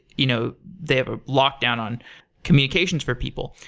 you know they have a lockdown on communications for people.